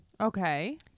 Okay